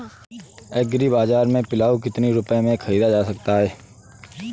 Agree Bazaar से पिलाऊ कितनी रुपये में ख़रीदा जा सकता है?